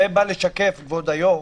זה בא לשקף, כבוד היושב-ראש,